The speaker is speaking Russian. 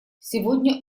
сегодня